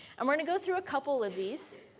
um going to go through a couple of these.